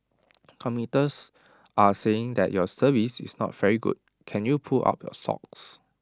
commuters are saying that your service is not very good can you pull up your socks